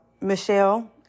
Michelle